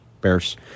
Bears